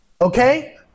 Okay